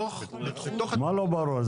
מה לא ברור?